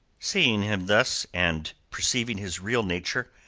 seeing him thus, and perceiving his real nature,